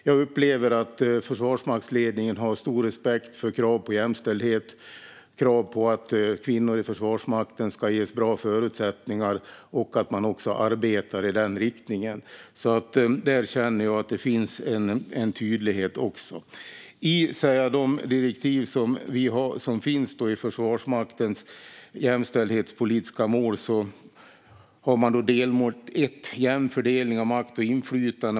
Jag upplever att Försvarsmaktsledningen har stor respekt för krav på jämställdhet och krav på att kvinnor i Försvarsmakten ska ges bra förutsättningar, och jag upplever att man arbetar i den riktningen. Där känner jag alltså att det finns en tydlighet. I de direktiv som finns till Försvarsmakten gällande jämställdhetspolitiska mål är delmål 1 en jämn fördelning av makt och inflytande.